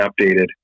updated